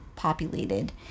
populated